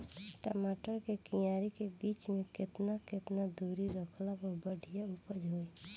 टमाटर के क्यारी के बीच मे केतना केतना दूरी रखला पर बढ़िया उपज होई?